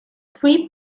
three